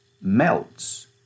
melts